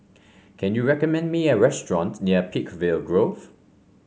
can you recommend me a restaurant near Peakville Grove